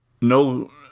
no